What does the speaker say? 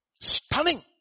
Stunning